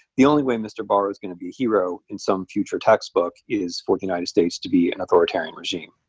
the only way mr. barr is going to be a hero in some future textbook is for the united states to be an authoritarian regime.